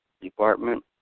department